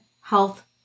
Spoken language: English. health